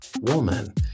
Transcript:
woman